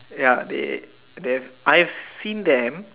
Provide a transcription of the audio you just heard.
ya they they I seen them